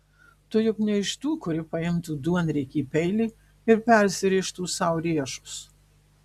tu juk ne iš tų kuri paimtų duonriekį peilį ir persirėžtų sau riešus